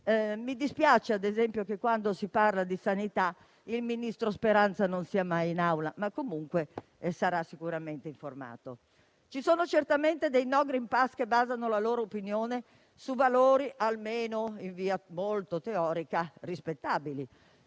Mi dispiace ad esempio che, quando si parla di sanità, il ministro Speranza non sia mai in Aula, ma sarà comunque sicuramente informato. Ci sono certamente dei no *green pass* che basano la loro opinione su valori almeno in via molto teorica rispettabili,